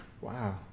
Wow